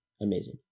amazing